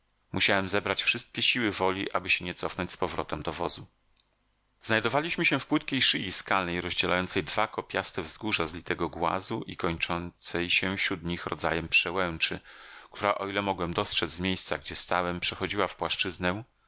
musiałem zebrać wszystkie siły woli aby się nie cofnąć z powrotem do wozu znajdowaliśmy się w płytkiej szyi skalnej rozdzielającej dwa kopiaste wzgórza z litego głazu i kończącej się wśród nich rodzajem przełęczy która o ile mogłem dostrzec z miejsca gdzie stałem przechodziła w płaszczyznę